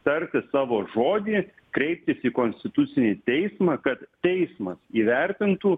tarti savo žodį kreiptis į konstitucinį teismą kad teismas įvertintų